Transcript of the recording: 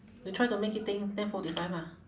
we try to make it think ten forty five ah